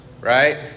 right